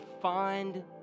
find